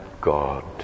God